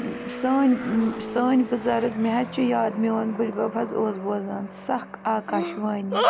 سٲنۍ سٲنۍ بُزَرٕگ مےٚ حظ چھُ یاد میون بٕڈبَب حظ اوس بوزان سکھ آکاش وانی